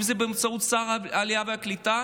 אם זה באמצעות שר העלייה והקליטה,